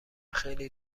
خیلی